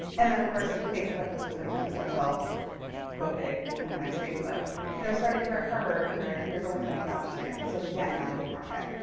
and then, of course, facebook, which is the quintessential go big, become the next facebook you know started here at harvard, where there's only twenty thousand students. so again, not a big market.